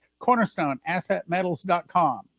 Cornerstoneassetmetals.com